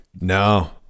No